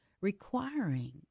requiring